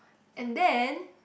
and then